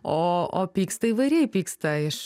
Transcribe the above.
o o pyksta įvairiai pyksta iš